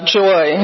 joy